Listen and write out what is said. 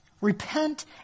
Repent